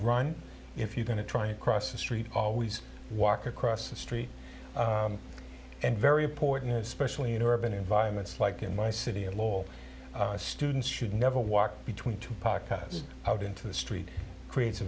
run if you're going to try to cross the street always walk across the street and very important especially in urban environments like in my city and law students should never walk between two pockets out into the street creates a